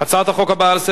הפחתת הסכום וערר)